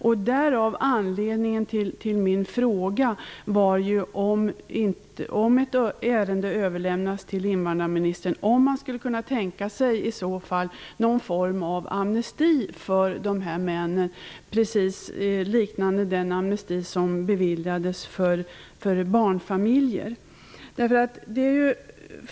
Min fråga var ju om invandrarministern, om ett ärende överlämnas till regeringen, skulle kunna tänka sig någon form av amnesti för de här männen, liknande den amnesti som beviljades för barnfamiljer.